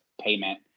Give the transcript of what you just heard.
payment